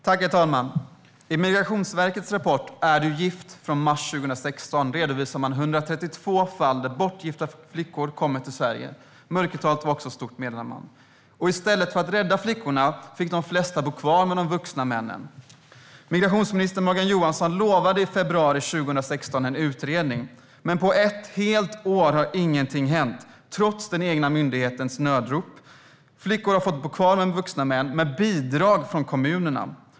Herr talman! I Migrationsverkets rapport Är du gift? från mars 2016 redovisar man 132 fall där bortgifta flickor kommit till Sverige. Mörkertalet är också stort, meddelar man. I stället för att räddas fick de flesta av flickorna bo kvar med de vuxna männen. Migrationsministern utlovade i februari 2016 en utredning, men på ett helt år har ingenting hänt trots den egna myndighetens nödrop. Flickor har fått bo kvar med vuxna män - med bidrag från kommunerna.